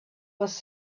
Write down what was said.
was